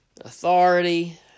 authority